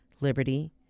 liberty